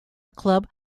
club